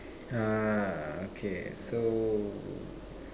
uh okay so